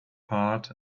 part